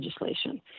legislation